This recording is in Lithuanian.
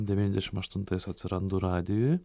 devyniasdešimtaštuntais atsirandu radijuj